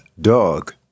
Dog